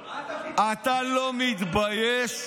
אתה לא מתבייש?